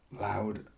loud